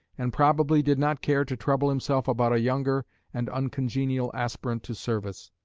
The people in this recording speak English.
and probably did not care to trouble himself about a younger and uncongenial aspirant to service.